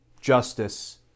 justice